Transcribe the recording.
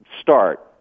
start